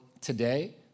today